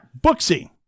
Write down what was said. booksy